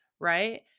right